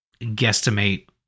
guesstimate